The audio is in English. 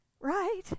right